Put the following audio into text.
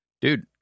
dude